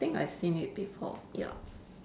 I think I seen it before ya